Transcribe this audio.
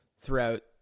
throughout